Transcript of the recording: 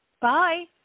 Bye